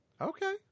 Okay